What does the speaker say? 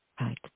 right